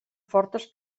fortes